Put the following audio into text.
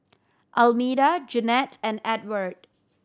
Almeda Jennette and Edward